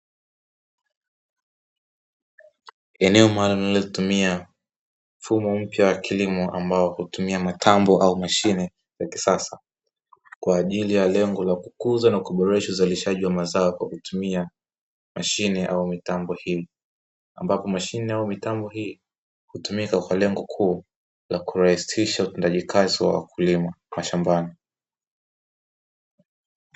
Eneo maalumu linalotumia mfumo mpya wa kilimo ambao hutumia mitambo au mashine ya kisasa, kwaajili ya lengo la kukuza na kuboresha uzalishaji wa mazao kwa kutumia mashine au mitambo hii. Ambapo mashine au mitambo, hii hutumika kwa lengo kuu la kurahisisha utendaji kazi wa wakulima mashambani.